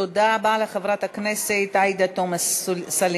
תודה רבה, חברת הכנסת עאידה תומא סלימאן.